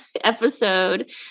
episode